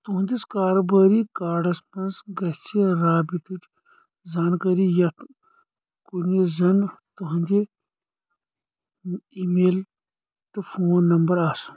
تُہنٛدِس کارٕبٲری کارڈس منٛز گژھہِ رابطٕچ زانٛکٲری یتھ کُنہِ زَن تُہُنٛدِ ای میل تہٕ فون نمبر آسُن